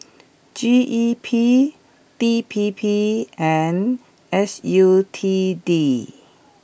G E P D P P and S U T D